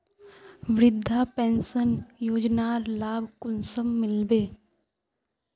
वृद्धा पेंशन योजनार लाभ कुंसम मिलबे?